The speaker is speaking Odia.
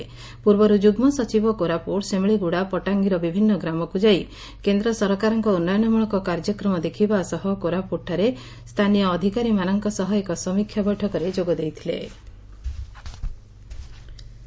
ଏହାପୂର୍ବରୁ ଯୁଗ୍ଗ ସଚିବ କୋରାପୁଟ ସେମିଳିଗୁଡା ପଟ୍ଟାଙ୍ଗୀର ବିଭିନ୍ନ ଗ୍ରାମକୁ ଯାଇ କେନ୍ଦ୍ରସରକାରଙ୍କ ଉନ୍ନୟନମୂଳକ କାର୍ଯ୍ୟକ୍ରମ ଦେଖବବା ସହ କୋରାପୁଟଠାରେ ସ୍ସାନୀୟ ଅଧିକାରୀମାନଙ୍କ ସହ ଏକ ସମୀକ୍ଷା ବୈଠକରେ ଯୋଗ ଦେଇଥୁଲେ